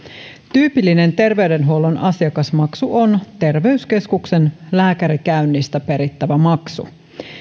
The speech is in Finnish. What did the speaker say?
tyypillinen terveydenhuollon asiakasmaksu on terveyskeskuksen lääkärikäynnistä perittävä maksu